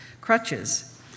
crutches